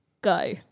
Go